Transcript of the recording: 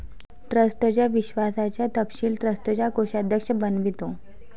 ट्रस्टच्या विश्वासाचा तपशील ट्रस्टचा कोषाध्यक्ष बनवितो